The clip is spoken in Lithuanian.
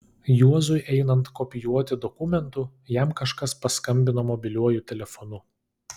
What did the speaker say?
juozui einant kopijuoti dokumentų jam kažkas paskambino mobiliuoju telefonu